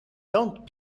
don’t